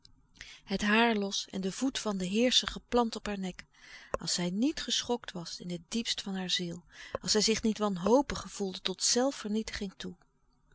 het haar los en den voet van den heerscher geplant op haar nek als zij niet geschokt was in het diepst van haar ziel als zij zich niet wanhopig gevoelde tot zelf vernietiging toe